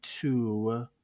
two